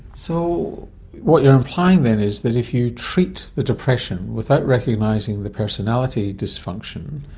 so what you're implying then is that if you treat the depression without recognising the personality dysfunction,